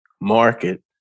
market